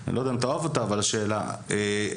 שאלה,